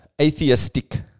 atheistic